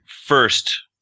first